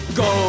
go